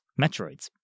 Metroids